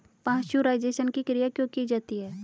Pasteurisation की क्रिया क्यों की जाती है?